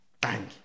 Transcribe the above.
bang